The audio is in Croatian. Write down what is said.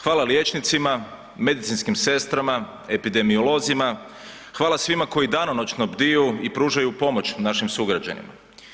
Hvala liječnicima, medicinskim sestrama, epidemiolozima, hvala svima koji danonoćno bdiju i pružaju pomoć našim sugrađanima.